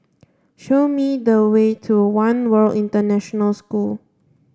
show me the way to One World International School